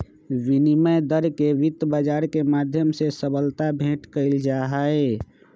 विनिमय दर के वित्त बाजार के माध्यम से सबलता भेंट कइल जाहई